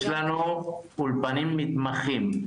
יש לנו אולפנים מתמחים,